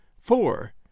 four